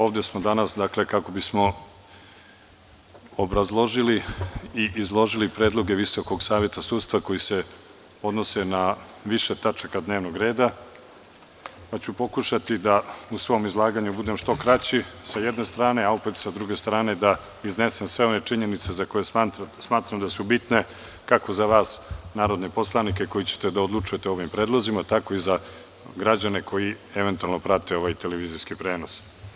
Ovde smo danas kako bismo obrazložili i izložili predloge Visokog saveta sudstva koji se odnose na više tačaka dnevnog reda, pa ću pokušati da u svom izlaganju budem što kraći s jedne strane, a opet s druge strane da iznesem sve one činjenice za koje smatram da su bitne, kako za vas narodne poslanike koji ćete da odlučujete o ovim predlozima, tako i za građane koji eventualno prate ovaj televizijski prenos.